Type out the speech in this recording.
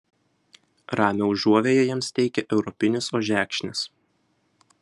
ramią užuovėją jiems teikia europinis ožekšnis